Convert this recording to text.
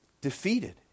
defeated